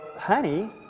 honey